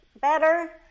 better